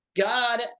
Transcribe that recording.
God